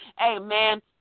Amen